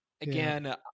Again